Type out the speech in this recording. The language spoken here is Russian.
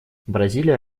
бразилия